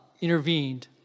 intervened